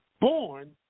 born